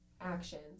actions